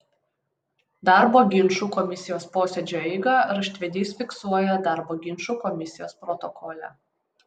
darbo ginčų komisijos posėdžio eigą raštvedys fiksuoja darbo ginčų komisijos protokole